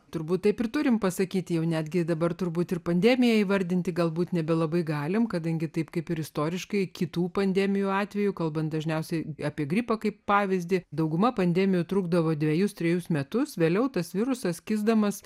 turbūt taip ir turime pasakyti jau netgi dabar turbūt ir pandemiją įvardinti galbūt nebelabai galime kadangi taip kaip ir istoriškai kitų pandemijų atveju kalbant dažniausiai apie gripą kaip pavyzdį dauguma pandemijų trukdavo dvejus trejus metus vėliau tas virusas kisdamas